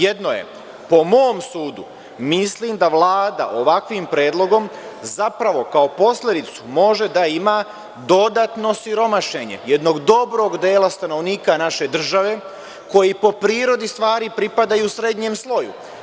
Jedno je, po mom sudu, mislim da Vlada ovakvim predlogom zapravo kao posledicu može da ima dodatno siromašenje jednog dobrog dela stanovnika naše države, koji po prirodi stvari pripadaju srednjem sloju.